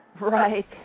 Right